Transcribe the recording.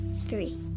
three